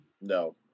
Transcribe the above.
No